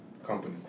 company